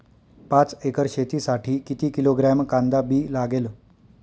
पाच एकर शेतासाठी किती किलोग्रॅम कांदा बी लागेल?